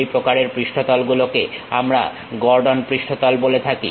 সেই প্রকারের পৃষ্ঠতল গুলোকে আমরা গর্ডন পৃষ্ঠতল বলে থাকি